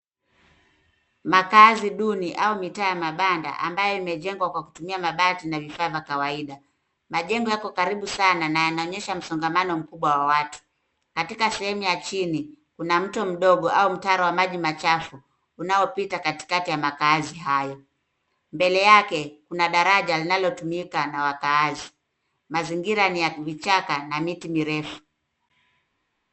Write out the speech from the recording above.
Makaazi duni au mitaa ya mabanda, ambayo imejengwa kwa kutumia mabati na vifaa vya kawaida. Majengo yako karibu sana na yanaonyesha msongamano mkubwa wa watu. Katika sehemu ya chini, kuna mto mdogo au mtaro wa maji machafu, unaopita katikati ya makaazi hayo. Mbele yake, kuna daraja linalotumika na wakaazi. Mazingira ni ya vichaka na miti mirefu.